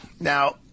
Now